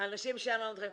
האנשים שם לא מדווחים.